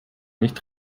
nicht